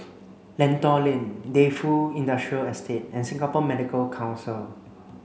Lentor Lane Defu Industrial Estate and Singapore Medical Council